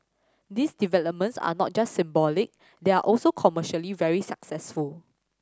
these developments are not just symbolic they are also commercially very successful